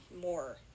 more